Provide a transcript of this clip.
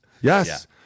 Yes